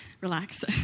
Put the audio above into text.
relax